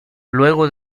luego